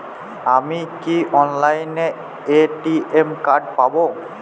আমি কি অনলাইনে এ.টি.এম কার্ড পাব?